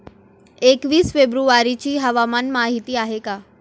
एकवीस फेब्रुवारीची हवामान माहिती आहे का?